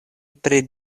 pri